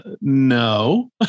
no